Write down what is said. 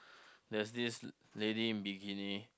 there's this lady in bikini